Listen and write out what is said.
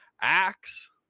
axe